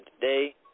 today